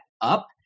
up